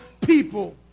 people